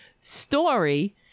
story